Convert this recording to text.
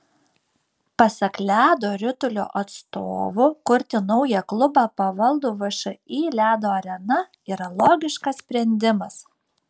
pasak ledo ritulio atstovų kurti naują klubą pavaldų všį ledo arena yra logiškas sprendimas